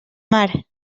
mar